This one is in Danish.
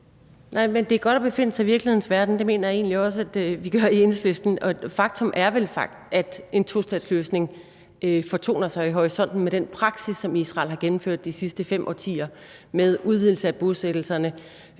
Det er godt at befinde sig i virkelighedens verden, og det mener jeg egentlig også vi gør i Enhedslisten. Faktum er vel, at en tostatsløsning fortoner sig i horisonten med den praksis, som Israel har gennemført de sidste fem årtier, altså praktiseret